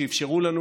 שאפשרו לנו